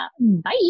bye